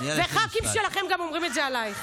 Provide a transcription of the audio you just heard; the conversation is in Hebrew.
וח"כים שלכם גם אומרים את זה עלייך.